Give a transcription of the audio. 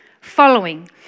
following